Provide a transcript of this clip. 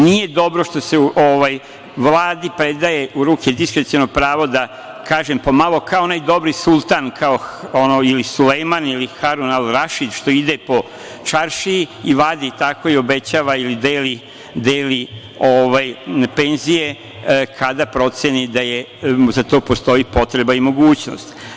Nije dobro što se Vladi predaje u ruke diskreciono pravo da kažem pomalo kao onaj dobri sultan ili Sulejman ili Haron Al Rašid što ide po čaršiji i vadi tako i obećava, deli penzije kada proceni da za to postoji potreba i mogućnost.